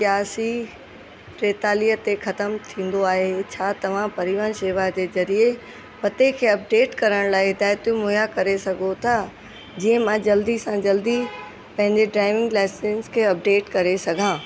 इकियासी टेतालीह ते ख़तमु थींदो आहे छा तव्हां परिवहन शेवा जे ज़रिये पते खे अपडेट करण लाइ हिदायतूं मुहैया करे सघो था जीअं मां जल्दी सां जल्दी पंहिंजे ड्राइविंग लाइसंस खे अपडेट करे सघां